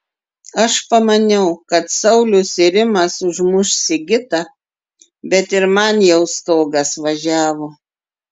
aš pamaniau kad saulius ir rimas užmuš sigitą bet ir man jau stogas važiavo